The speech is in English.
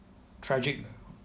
tragic